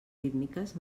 rítmiques